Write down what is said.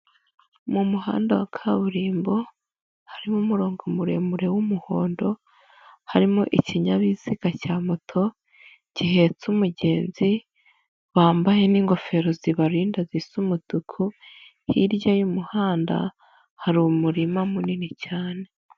Mu muhanda wa kaburimbo, harimo umurongo muremure w'umuhondo, harimo ikinyabiziga cya moto, gihetse umugenzi, wambaye n'ingofero zibarinda zisa umutuku, hirya y'umuhanda hari umurima munini cyane.